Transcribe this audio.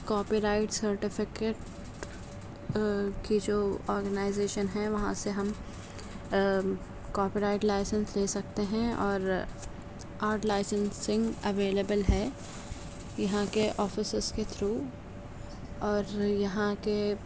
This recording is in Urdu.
کاپی رائٹ سرٹیفکٹ کی جو آرگنائزیشن ہے وہاں سے ہم کاپی رائٹ لائسینس لے سکتے ہیں اور آرٹ لائسینسنگ اویلیبل ہے یہاں کے آفسیس کے تھرو اور یہاں کے